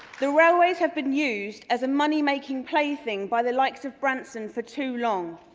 the railways have been used as a money making play thing by the likes of branson for too long.